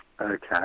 Okay